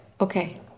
Okay